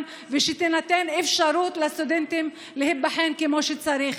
ושתינתן אפשרות לסטודנטים להיבחן כמו שצריך.